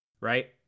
Right